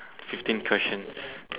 fifteen questions